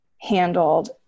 handled